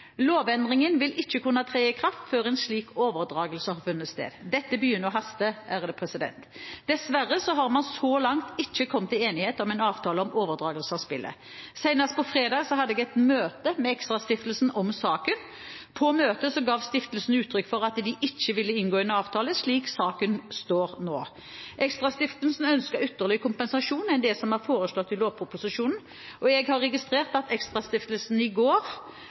Lovendringen vil ikke kunne tre i kraft før en slik overdragelse har funnet sted. Dette begynner å haste. Dessverre har man så langt ikke kommet til enighet om en avtale om overdragelse av spillet. Senest på fredag hadde jeg et møte med ExtraStiftelsen om saken. På møtet ga stiftelsen uttrykk for at de ikke ville inngå en avtale slik saken står nå. ExtraStiftelsen ønsker ytterligere kompensasjon enn det som er foreslått i lovproposisjonen. Jeg har registrert at ExtraStiftelsen i går